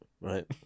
right